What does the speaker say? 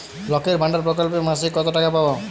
লক্ষ্মীর ভান্ডার প্রকল্পে মাসিক কত টাকা পাব?